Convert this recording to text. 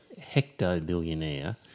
hecto-billionaire